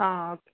okay